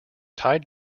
tide